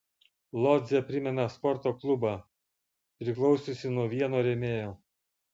lodzė primena sporto klubą priklausiusį nuo vieno rėmėjo